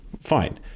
Fine